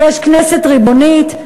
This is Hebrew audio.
יש כנסת ריבונית,